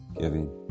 giving